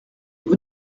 vous